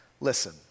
Listen